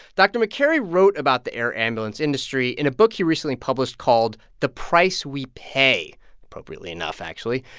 dr. makary wrote about the air ambulance industry in a book he recently published called the price we pay appropriately enough, actually.